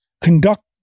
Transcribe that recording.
conduct